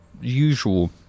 usual